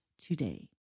today